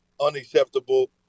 unacceptable